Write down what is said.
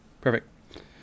Perfect